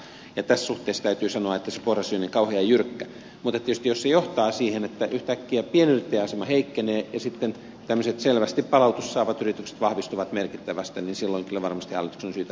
tässä suhteessa täytyy sanoa että se porras ei ole niin kauhean jyrkkä mutta tietysti jos se johtaa siihen että yhtäkkiä pienyrittäjän asema heikkenee ja sitten tämmöiset selvästi palautusta saavat yritykset vahvistuvat merkittävästi silloin kyllä varmasti hallituksen on syytä reagoida